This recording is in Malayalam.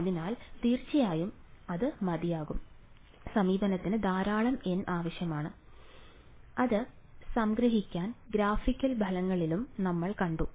അതിനാൽ തീർച്ചയായും അത് മതിയാകും സമീപനത്തിന് ധാരാളം N ആവശ്യമാണ് അത് ഗ്രാഫിക്കൽ ഫലങ്ങളിലും നമ്മൾ കണ്ടു